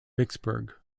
vicksburg